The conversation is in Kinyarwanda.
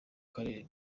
karere